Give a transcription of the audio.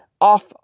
off